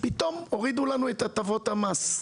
פתאום הורידו לנו את הטבות המס.